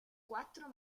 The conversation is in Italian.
quattro